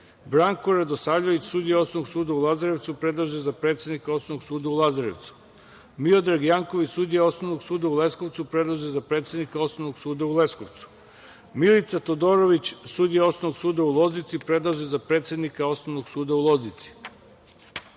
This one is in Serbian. Branko Radosavljević sudija Osnovnog suda u Lazarevcu, predlaže se za predsednika Osnovnog suda u Lazarevcu; Miodrag Janković sudija Osnovnog suda u Leskovcu, predlaže se za predsednika Osnovnog suda u Leskovcu; Milica Todorović sudija Osnovnog suda u Loznici, predlaže se za predsednika Osnovnog suda Loznici;